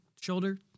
shoulder